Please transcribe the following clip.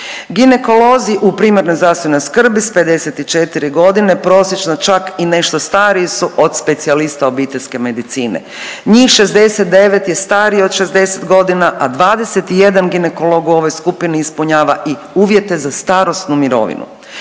Ginekolozi u primarnoj zdravstvenoj skrbi s 54 godine prosječno čak i nešto stariji su od specijalista obiteljske medicine, njih 69 je starije od 60 godina, a 21 ginekolog u ovoj skupini ispunjava i uvjete za starosnu mirovinu.